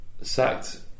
sacked